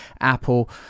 Apple